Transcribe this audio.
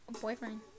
boyfriend